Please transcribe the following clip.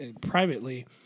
privately